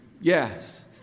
Yes